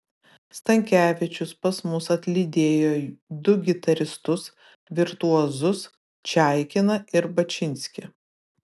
stankevičius pas mus atlydėjo du gitaristus virtuozus čaikiną ir bačinskį